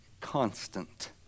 constant